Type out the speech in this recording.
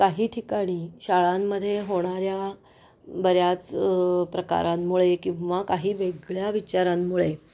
काही ठिकाणी शाळांमध्ये होणाऱ्या बऱ्याच प्रकारांमुळे किंवा काही वेगळ्या विचारांमुळे